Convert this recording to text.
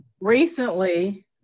recently